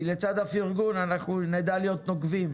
כי לצד הפרגון אנחנו נדע להיות נוקבים,